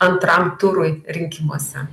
antram turui rinkimuose